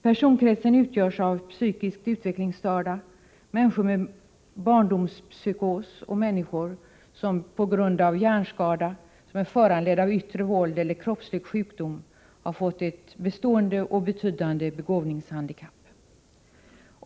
Personkretsen utgörs av psykiskt utvecklingsstörda, människor med barndomspsykos och människor som på grund av hjärnskada föranledd av yttre våld eller kroppslig sjukdom har fått ett bestående och betydande begåvningshandikapp.